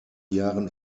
jahren